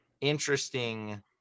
interesting